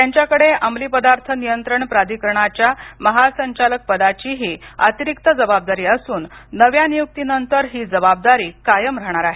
त्यांच्याकडे अमलीपदार्थ नियंत्रण प्राधिकरणाच्या महासंचालकपदाचीही अतिरिक्त जबाबदारी असून नव्या नियुक्तीनंतर ही जबाबदारी कायम राहणार आहे